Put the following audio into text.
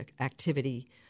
activity